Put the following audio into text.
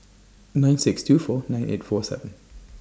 nine six two four nine eight four seven